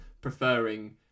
preferring